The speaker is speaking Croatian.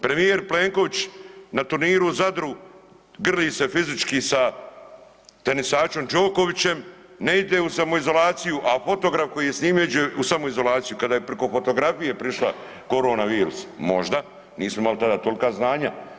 Premijer Plenković na turniru u Zadru grli se fizički sa tenisačem Đokovićem, ne ide u samoizolaciju, a fotograf koji je snimio iđe u samoizolaciju ka da je priko fotografije prišla korona virus, možda, nismo imali tada tolka znanja.